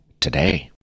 today